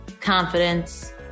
confidence